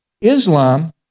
Islam